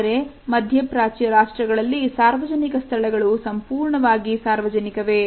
ಆದರೆ ಮಧ್ಯಪ್ರಾಚ್ಯ ರಾಷ್ಟ್ರಗಳಲ್ಲಿ ಸಾರ್ವಜನಿಕ ಸ್ಥಳಗಳು ಸಂಪೂರ್ಣವಾಗಿ ಸಾರ್ವಜನಿಕವೇ